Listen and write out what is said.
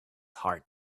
heart